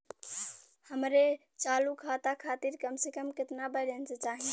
हमरे चालू खाता खातिर कम से कम केतना बैलैंस चाही?